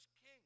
king